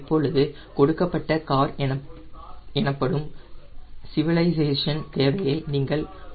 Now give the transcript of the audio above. இப்போது கொடுக்கப்பட்ட CAR எனப்படும் சிவளைசேஷன் தேவையை நீங்கள் காணலாம்